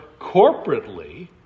corporately